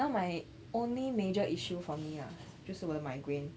now my only major issue from me ah 就是我的 migraine